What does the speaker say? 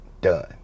done